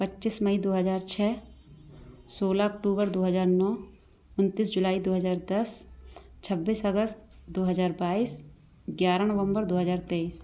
पच्चीस मई दो हज़ार छ सोलह अक्टूबर दो हज़ार नौ उनतीस जुलाई दो हज़ार दस छब्बीस अगस्त दो हज़ार बाईस ग्यारह नवंबर दो हज़ार तेइस